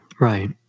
Right